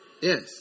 Yes